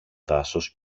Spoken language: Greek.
δάσος